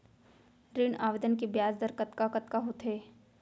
ऋण आवेदन के ब्याज दर कतका कतका होथे?